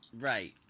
Right